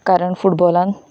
कारण फुटबॉलांत